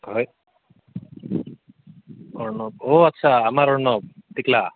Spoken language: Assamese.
হয় অৰ্ণৱ আচ্ছা আমাৰ অৰ্ণৱ টিকলা